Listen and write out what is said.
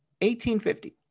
1850